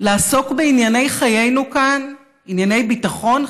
לעסוק בענייני חיינו כאן ענייני ביטחון,